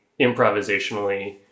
improvisationally